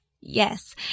Yes